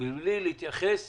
בלי להתייחס